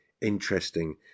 interesting